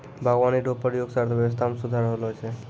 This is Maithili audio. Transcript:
बागवानी रो प्रकार से अर्थव्यबस्था मे सुधार होलो छै